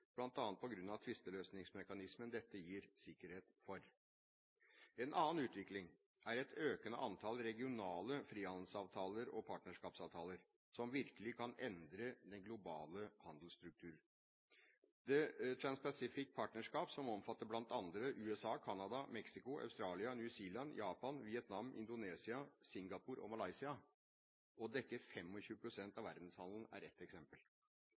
tvisteløsningsmekanismen dette gir sikkerhet for. En annen utvikling er et økende antall regionale frihandelsavtaler og partnerskapsavtaler som virkelig kan endre den globale handelsstruktur. The Trans-Pacific Partnership, som omfatter bl.a. USA, Canada, Mexico, Australia, New Zealand, Japan, Vietnam, Indonesia, Singapore og Malaysia og dekker 25 pst. av verdenshandelen, er et eksempel.